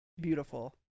Beautiful